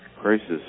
crisis